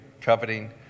coveting